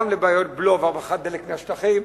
גם לבעיות בלו והברחת דלק מהשטחים.